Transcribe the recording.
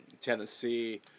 Tennessee